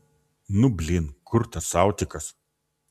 nu blyn kur tas autikas